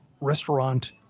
restaurant